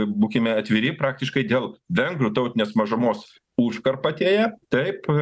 būkime atviri praktiškai dėl vengrų tautinės mažumos užkarpatėje taip